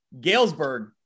Galesburg